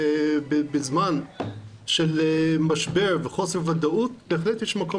בזמן של משבר וחוסר ודאות בהחלט יש מקום